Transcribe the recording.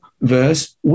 verse